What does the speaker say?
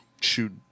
shoot